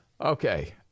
Okay